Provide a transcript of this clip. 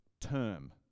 term